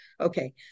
Okay